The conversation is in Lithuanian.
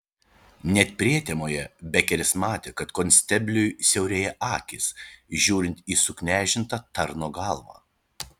net prietemoje bekeris matė kad konstebliui siaurėja akys žiūrint į suknežintą tarno galvą